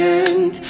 end